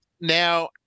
Now